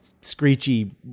screechy